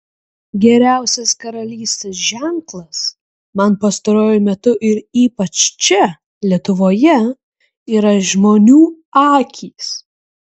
geriausias karalystės ženklas man pastaruoju metu ir ypač čia lietuvoje yra žmonių akys